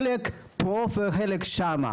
חלק פה וחלק שמה.